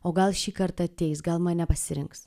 o gal šį kartą ateis gal mane pasirinks